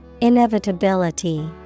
Inevitability